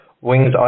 Wings